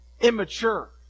immature